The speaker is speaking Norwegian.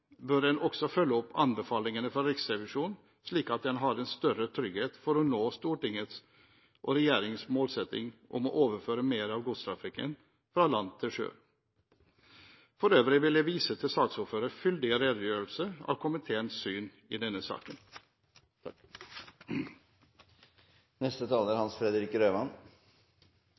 bør en også følge opp anbefalingene fra Riksrevisjonen, slik at en har en større trygghet for å nå Stortingets og regjeringens målsetting om å overføre mer av godstrafikken fra land til sjø. For øvrig vil jeg vise til saksordførerens fyldige redegjørelse av komiteens syn i denne saken.